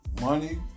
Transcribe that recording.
Money